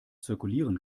zirkulieren